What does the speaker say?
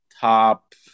top